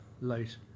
light